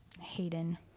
Hayden